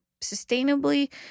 Sustainably